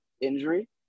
injury